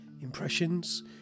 impressions